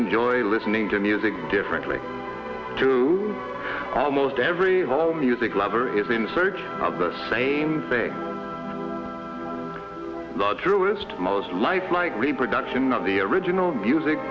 enjoy listening to music differently to almost every role music lover is in search of the same thing not truest most lifelike reproduction of the original music